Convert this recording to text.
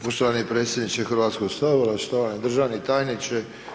Poštovani predsjedniče Hrvatskog sabora, štovani državni tajniče.